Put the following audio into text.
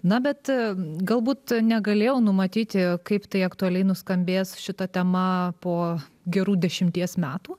na bet galbūt negalėjau numatyti kaip tai aktualiai nuskambės šita tema po gerų dešimties metų